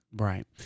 Right